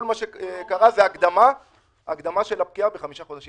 כל מה שקרה זה הקדמה של הפקיעה בחמישה חודשים,